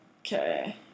Okay